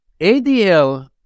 ADL